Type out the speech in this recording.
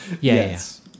Yes